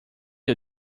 you